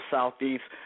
Southeast